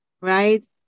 right